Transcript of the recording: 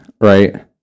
right